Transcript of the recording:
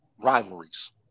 rivalries